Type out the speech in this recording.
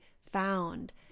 found